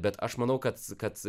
bet aš manau kad kad